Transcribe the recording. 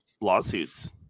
lawsuits